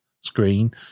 screen